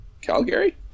Calgary